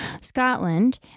Scotland